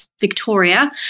Victoria –